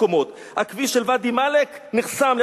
כביש ואדי-ערה נחסם בכמה מקומות,